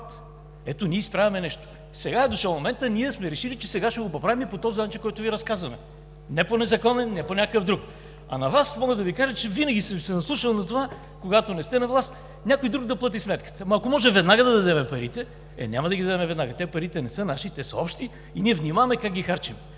Ето, ние изправяме нещо! Сега е дошъл моментът, ние сме решили, че сега ще го поправим и по този начин, за който Ви казваме – не по незаконен, не по някакъв друг. А на Вас мога да Ви кажа, че съм се наслушал на това. Винаги когато не сте на власт, някой друг да плати сметката – ама ако може, веднага да дадем парите. Е, няма да ги дадем веднага! Те, парите, не са наши, те са общи и ние внимаваме как ги харчим.